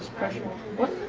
pressure what?